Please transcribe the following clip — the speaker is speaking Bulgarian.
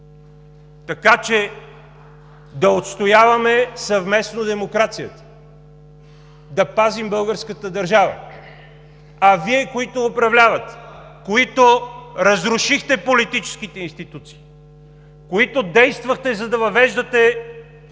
Така че да отстояваме съвместно демокрацията, да пазим българската държава, а Вие, които управлявате, които разрушихте политическите институции, които действахте, за да въвеждате